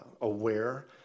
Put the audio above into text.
aware